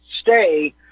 stay